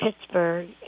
Pittsburgh